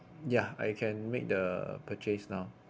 ya I can make the purchase now